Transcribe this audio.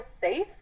safe